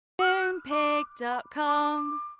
Moonpig.com